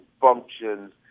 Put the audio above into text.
functions